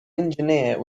engineer